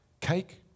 cake